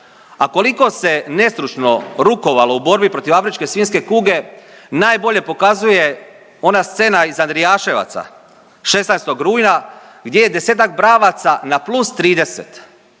a koliko se nestručno rukovalo u borbi protiv afričke svinjske kuge najbolje pokazuje ona scena iz Andrijaševaca 16. rujna gdje je desetak bravaca na plus 30